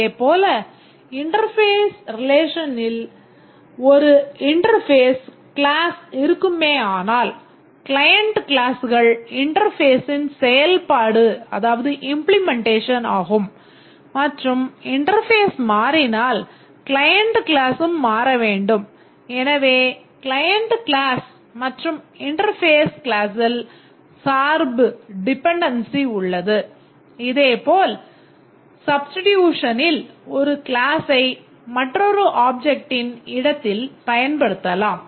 இதேபோல் இன்டெர்பேஸ் ரியலைசேஷனில் ஒரு க்ளாஸை மற்றொரு ஆப்ஜெக்ட்டின் இடத்தில் பயன்படுத்தலாம்